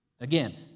again